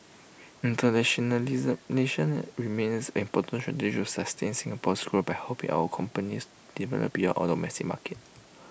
internationalize nation remains an important strategy to sustain Singapore's growth by helping our companies develop beyond our domestic market